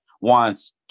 wants